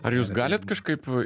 ar jūs galit kažkaip